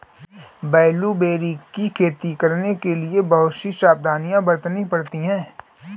blueberry की खेती करने के लिए बहुत सी सावधानियां बरतनी पड़ती है